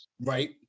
Right